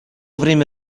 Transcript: время